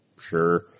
Sure